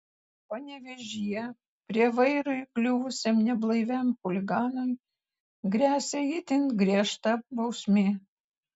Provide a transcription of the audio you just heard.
panevėžyje prie vairo įkliuvusiam neblaiviam chuliganui gresia itin griežta bausmė